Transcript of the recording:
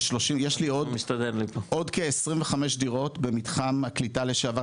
יש לי עוד כ-25 דירות במתחם הקליטה לשעבר,